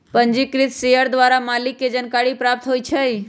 पंजीकृत शेयर द्वारा मालिक के जानकारी प्राप्त होइ छइ